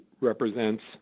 represents